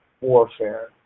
warfare